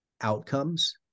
outcomes